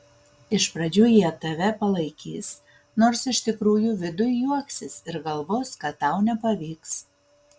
iš pradžių jie tave palaikys nors iš tikrųjų viduj juoksis ir galvos kad tau nepavyks